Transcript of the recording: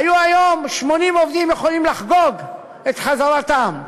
היו היום 80 עובדים יכולים לחגוג את חזרתם.